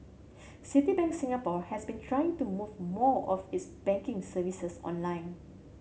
Citibank Singapore has been try to move more of its banking services online